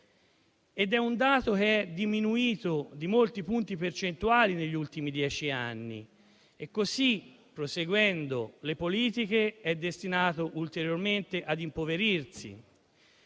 È un dato che è diminuito di molti punti percentuali negli ultimi dieci anni e, così proseguendo le politiche, è destinato ulteriormente ad impoverirsi.